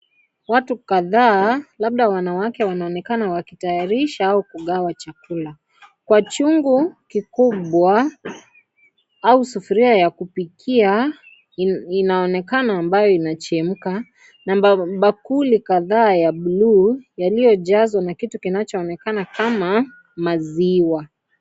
Watu kadhaa labda wanawake wanaonekana wakitayirisha kugawa chakula, kwa chungu kikubwa au sufuria ya kipikia inaonekana ambayo inachemka na bakuli kadhaa ya bluu yaliyojazwa na kitu kinachoonekana kama maziwa.